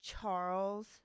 Charles